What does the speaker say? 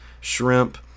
shrimp